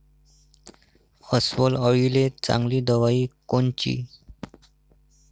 अस्वल अळीले चांगली दवाई कोनची?